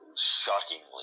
shockingly